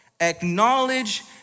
Acknowledge